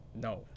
No